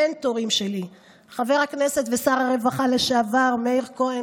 המנטורים שלי חבר הכנסת ושר הרווחה לשעבר מאיר כהן,